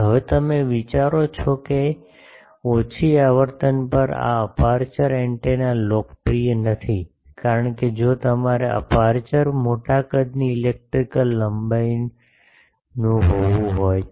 હવે તમે વિચારો છો કે ઓછી આવર્તન પર આ અપેરચ્યોર એન્ટેના લોકપ્રિય નથી કારણ કે જો તમારે અપેરચ્યોર મોટા કદની ઇલેક્ટ્રિકલ લંબાઈનું હોવું હોય તો